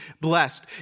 blessed